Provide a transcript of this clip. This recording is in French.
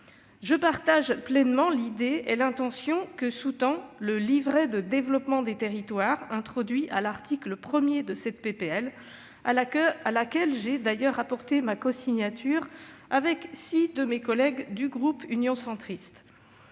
Je partage pleinement l'idée et l'intention que sous-tend le livret de développement des territoires introduit à l'article 1 de cette proposition de loi, que j'ai d'ailleurs cosignée avec six de mes collègues du groupe Union Centriste.